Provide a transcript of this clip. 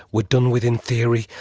we're done within theory.